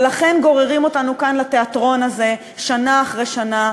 ולכן גוררים אותנו כאן לתיאטרון הזה שנה אחרי שנה,